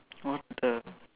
what the